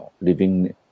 living